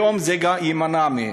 היום גם זה יימנע מהם.